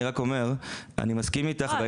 אני מסכים אתך.